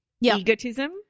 egotism